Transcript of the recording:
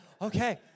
Okay